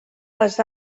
les